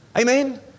Amen